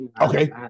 Okay